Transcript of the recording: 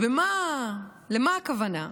למה הכוונה?